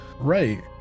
right